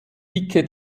dicke